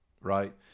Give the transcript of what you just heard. right